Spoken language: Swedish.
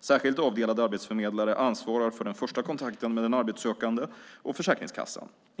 Särskilt avdelade arbetsförmedlare ansvarar för den första kontakten med den arbetssökande och Försäkringskassan.